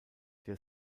der